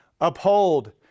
uphold